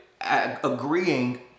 agreeing